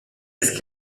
ist